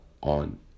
on